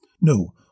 No